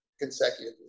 consecutively